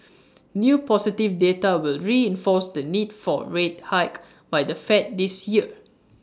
new positive data will reinforce the need for A rate hike by the fed this year